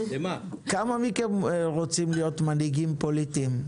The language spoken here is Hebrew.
כמה מכם רוצים להיות מנהיגים פוליטיים?